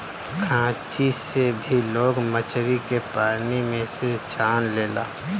खांची से भी लोग मछरी के पानी में से छान लेला